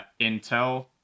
intel